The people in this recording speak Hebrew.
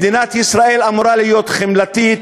מדינת ישראל אמורה להיות חמלתית,